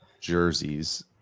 jerseys